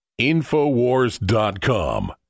Infowars.com